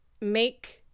make